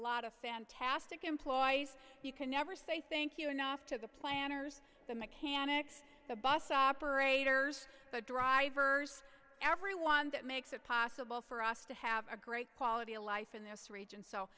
lot of fantastic employees you can never say thank you enough to the planners the mechanics the bus operators the drivers everyone that makes it possible for us to have a great quality of life in this region so